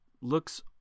looks